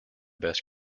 best